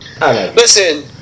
Listen